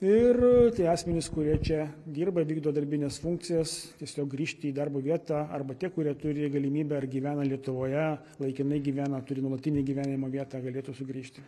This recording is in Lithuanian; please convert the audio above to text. ir tie asmenys kurie čia dirba vykdo darbines funkcijas tiesiog grįžti į darbo vietą arba tie kurie turi galimybę ar gyvena lietuvoje laikinai gyvena turi nuolatinį gyvenimo vietą galėtų sugrįžti